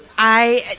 i